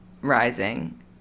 rising